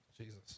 Jesus